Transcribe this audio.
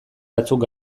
batzuk